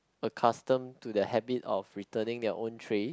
accustomed to the habit of returning their own tray